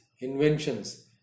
inventions